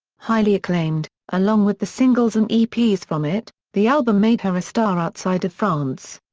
highly acclaimed, along with the singles and ep's from it, the album made her a star outside of france.